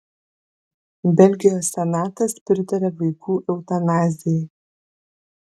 belgijos senatas pritarė vaikų eutanazijai